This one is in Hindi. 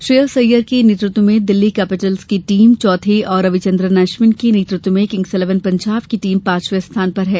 श्रेयस अय्यर के नेतृत्व में दिल्ली कैपिटल्स की टीम चौथे और रवि चन्द्रन अश्विन के नेतृत्व में किंग्स इलेवन पंजाब की टीम पांचवें स्थान पर है